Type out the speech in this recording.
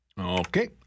Okay